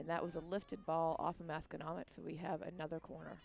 and that was a lifted ball off a mask and all that so we have another corner